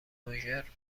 مژر